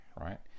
right